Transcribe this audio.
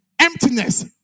emptiness